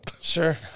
sure